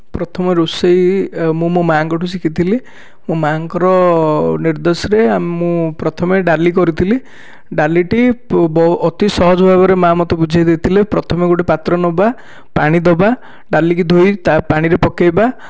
ପ୍ରଥମ ରୋଷେଇ ମୁଁ ମୋ ମାଁ ଙ୍କ ଠୁ ଶିଖିଥିଲି ମୋ ମାଁ ଙ୍କର ନିର୍ଦ୍ଧେଶରେ ଆମ ମୁଁ ପ୍ରଥମେ ଡାଲି କରିଥିଲି ଡାଲି ଟି ଅତି ସହଜ ଭାବରେ ମାଁ ମୋତେ ବୁଝାଇ ଦେଇଥିଲେ ପ୍ରଥମେ ଗୋଟେ ପାତ୍ର ନବା ପାଣି ଦବା ଡାଲିକୁ ଧୋଇ ତା ପାଣିରେ ପକାଇବା